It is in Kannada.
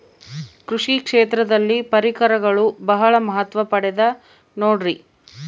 ಕೃಷಿ ಕ್ಷೇತ್ರದಲ್ಲಿ ಪರಿಕರಗಳು ಬಹಳ ಮಹತ್ವ ಪಡೆದ ನೋಡ್ರಿ?